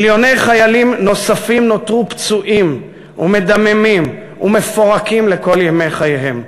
מיליוני חיילים נוספים נותרו פצועים ומדממים ומפורקים לכל ימי חייהם.